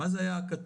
מה זה היה הכתום?